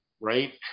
right